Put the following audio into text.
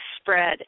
spread